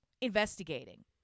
investigating